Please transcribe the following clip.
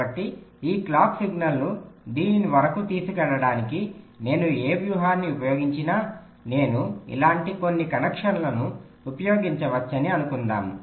కాబట్టి ఈ క్లాక్ సిగ్నల్ను దీని వరకు తీసుకువెళ్ళడానికి నేను ఏ వ్యూహాన్ని ఉపయోగించినా నేను ఇలాంటి కొన్ని కనెక్షన్లను ఉపయోగించవచ్చని అనుకుందాము